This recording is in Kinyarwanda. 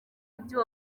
ibyo